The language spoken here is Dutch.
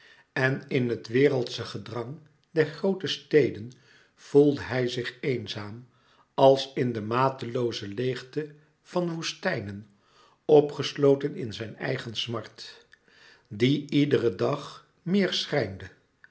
en in het wereldsche gedrang der groote steden voelde hij zich eenzaam als in de matelooze leêgte van woestijnen opgesloten in zijn eigen smart die iederen dag meer schrijnde